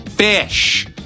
Fish